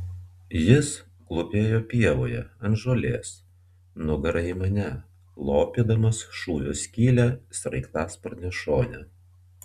jis klūpėjo pievoje ant žolės nugara į mane lopydamas šūvio skylę sraigtasparnio šone